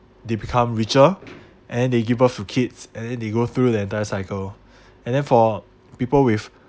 they become richer and then they give birth to kids and then they go through the entire cycle and then for people with